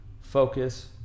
focus